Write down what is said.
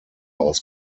aus